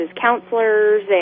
counselors